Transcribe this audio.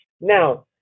now